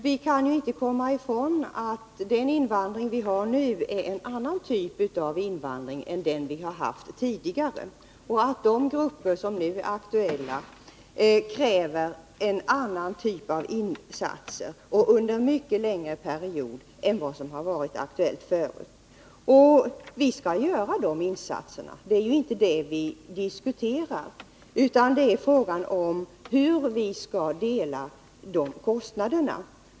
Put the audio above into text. Vi kan inte komma ifrån att den invandring vi nu har är en annan typ av invandring än den som vi har haft tidigare och att de invandrargrupper som är aktuella kräver en annan typ av insatser och dessutom under mycket längre period än som har varit aktuellt förut. Vi skall också göra de insatserna — det är inte den frågan vi diskuterar, utan frågan är hur vi skall dela kostnaderna.